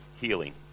healing